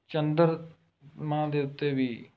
ਚੰਦਰਮਾ ਦੇ ਉੱਤੇ ਵੀ